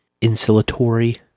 insulatory